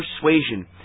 persuasion